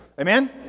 Amen